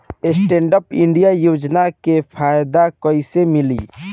Stand up India योजना के फायदा कैसे मिली?